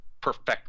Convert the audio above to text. perfect